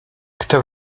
kto